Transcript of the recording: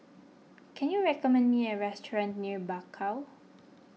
can you recommend me a restaurant near Bakau